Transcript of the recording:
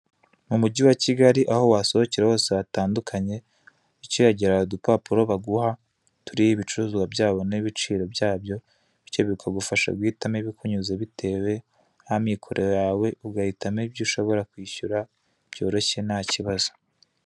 Mu mujyi wa Kigali aho wasohokera hose hatandukanye, ucyihagera hari udupapuro baguha, turiho ibicuruzwa byabo n'ibiciro byabyo, bityo bikagufasha guhitamo bikunyuze bitewe aamikoro yawe, ugahitamo ibyo ushobora kwishyura byoroshye ntaki kibazo.